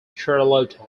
charlotte